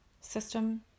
system